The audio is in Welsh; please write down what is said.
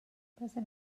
byddwn